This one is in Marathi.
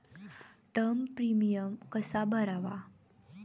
टर्म प्रीमियम कसा भरावा?